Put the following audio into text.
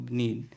need